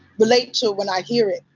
relate to when i hear it.